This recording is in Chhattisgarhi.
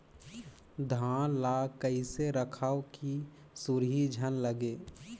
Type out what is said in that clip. धान ल कइसे रखव कि सुरही झन लगे?